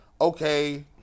Okay